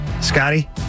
Scotty